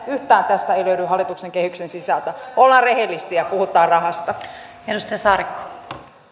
yhtään tästä ei löydy hallituksen kehyksen sisältä ollaan rehellisiä puhutaan rahasta arvoisa